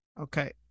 okay